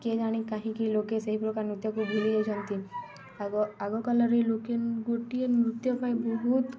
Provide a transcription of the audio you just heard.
କିଏ ଜାଣି କାହିଁକି ଲୋକେ ସେହି ପ୍ରକାର ନୃତ୍ୟକୁ ଭୁଲି ଯାଇଛନ୍ତି ଆଗକାଳରେ ଲୋକେ ଗୋଟିଏ ନୃତ୍ୟ ପାଇଁ ବହୁତ